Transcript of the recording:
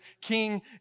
King